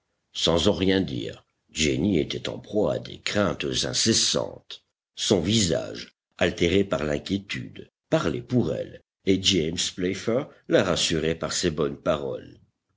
sans en rien dire jenny était en proie à des craintes incessantes son visage altéré par l'inquiétude parlait pour elle et james playfair la rassurait par ses bonnes paroles